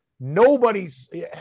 Nobody's